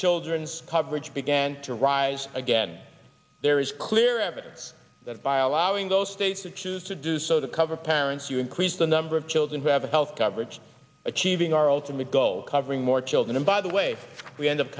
children's coverage began to rise again there is clear evidence that by allowing those states to choose to do so to cover parents you increase the number of children who have health coverage achieving our ultimate goal covering more children and by the way we end up